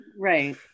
right